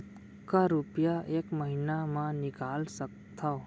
कतका रुपिया एक महीना म निकाल सकथव?